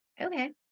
okay